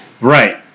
Right